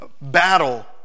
battle